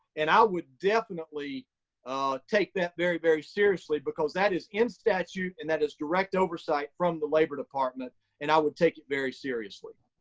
and i would definitely take that very, very seriously, because that is in statute, and that is direct oversight from the labor department, and i would take it very seriously.